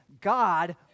God